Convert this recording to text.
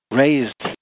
raised